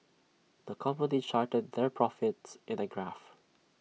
the company charted their profits in A graph